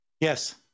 yes